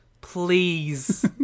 Please